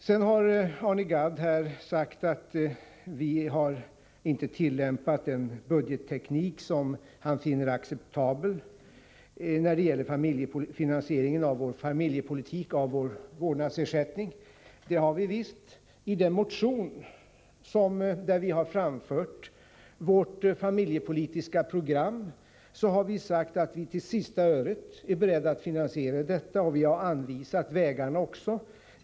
Arne Gadd sade att vi inte har tillämpat en budgetteknik som han finner acceptabel när det gäller finansieringen av vår familjepolitik och av vår vårdnadsersättning. Det har vi visst! I den motion där vi har framfört vårt familjepolitiska program har vi sagt att vi till sista öret är beredda att finansiera detta, och vi har anvisat vägarna.